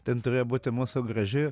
ten turėjo būti mūsų graži